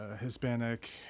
Hispanic